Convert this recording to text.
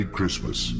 Christmas